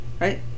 right